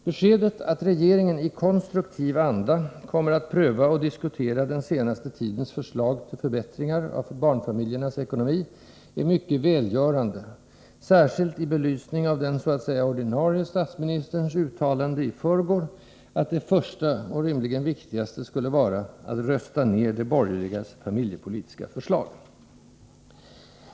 Beskedet att regeringen ”i konstruktiv anda” kommer att pröva och diskutera den senaste tidens förslag till förbättringar av barnfamiljernas ekonomi är mycket välgörande, särskilt i belysning av den så att säga ordinarie statsministerns uttalande i förrgår att det första — och rimligen viktigaste — skulle vara att ”rösta ned” de borgerligas familjepolitiska förslag.